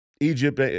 Egypt